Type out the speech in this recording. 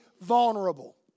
vulnerable